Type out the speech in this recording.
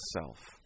self